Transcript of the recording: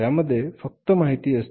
त्यामध्ये फक्त माहिती असते